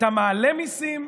אתה מעלה מיסים,